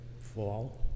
fall